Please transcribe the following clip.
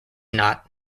not